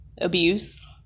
Abuse